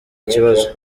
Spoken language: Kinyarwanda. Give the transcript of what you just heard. kibazo